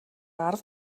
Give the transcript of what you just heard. арав